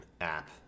app